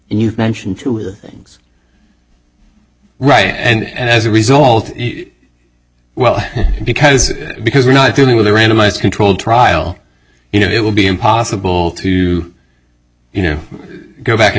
and you've mentioned two of the things right and as a result well because because we're not dealing with a randomized control trial you know it will be impossible to you know go back in